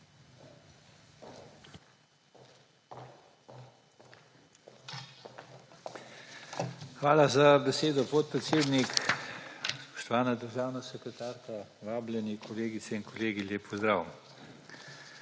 Hvala za besedo, podpredsednik. Spoštovana državna sekretarka, vabljeni, kolegice in kolegi, lep pozdrav!